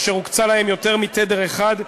אשר הוקצה להם יותר מתדר אחד,